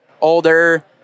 older